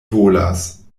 volas